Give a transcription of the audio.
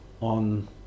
on